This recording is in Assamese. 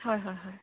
হয় হয় হয়